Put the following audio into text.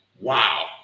Wow